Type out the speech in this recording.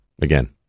Again